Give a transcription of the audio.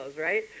right